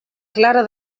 clara